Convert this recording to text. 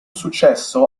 successo